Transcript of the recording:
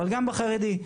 אבל גם בציבור החרדי.